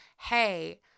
hey